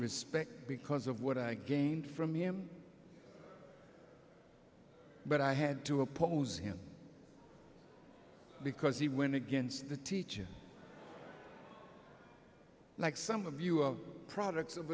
respect because of what i gained from him but i had to oppose him because he went against the teacher like some of you are products of